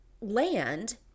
land